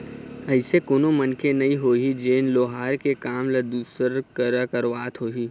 अइसे कोनो मनखे नइ होही जेन लोहार के काम ल दूसर करा करवात होही